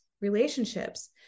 relationships